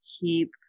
keep